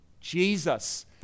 Jesus